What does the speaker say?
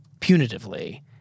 punitively